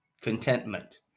contentment